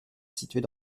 situées